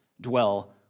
dwell